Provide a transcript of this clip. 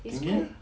ji min